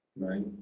right